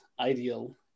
ideal